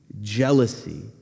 jealousy